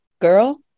girl